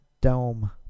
Dome